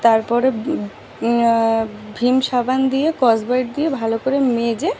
তারপরে ভীম সাবান দিয়ে স্কচব্রাইট দিয়ে ভালো করে মেজে